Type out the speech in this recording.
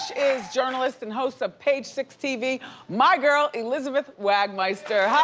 is journalist and host of page six tv my girl elizabeth wagmeister,